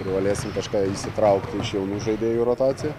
galėsime kažką išsitraukti iš jaunų žaidėjų į rotaciją